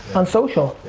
on social.